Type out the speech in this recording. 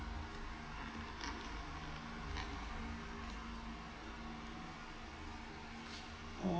oh